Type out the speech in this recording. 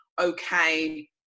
okay